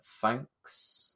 thanks